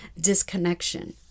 disconnection